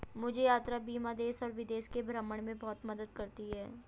मुझे यात्रा बीमा देश और विदेश के भ्रमण में बहुत मदद करती है